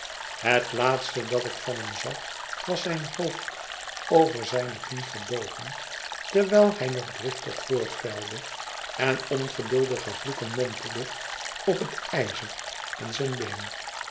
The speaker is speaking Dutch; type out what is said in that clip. het laatste dat ik van hem zag was zijn hoofd over zijne knie gebogen terwijl hij nog driftig voortvijlde en ongeduldige vloeken mompelde op het ijzer en zijn been